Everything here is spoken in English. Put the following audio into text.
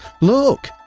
Look